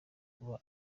kuba